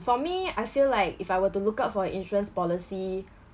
for me I feel like if I were to look out for insurance policy